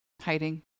hiding